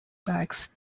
bags